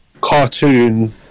cartoon